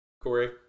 Corey